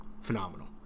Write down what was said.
phenomenal